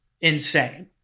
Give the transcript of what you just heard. insane